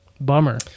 Bummer